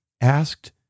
asked